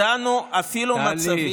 אני רוצה להזכיר לכם שידענו אפילו מצבים, טלי.